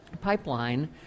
pipeline